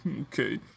okay